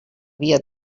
via